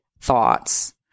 thoughts